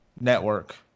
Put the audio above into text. network